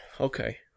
Okay